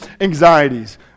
anxieties